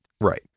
Right